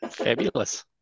Fabulous